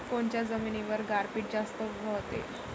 कोनच्या जमिनीवर गारपीट जास्त व्हते?